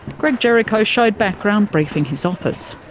greg jericho showed background briefing his office.